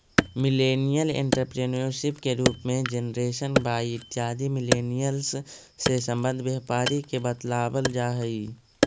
millennial entrepreneurship के रूप में जेनरेशन वाई इत्यादि मिलेनियल्स् से संबंध व्यापारी के बतलावल जा हई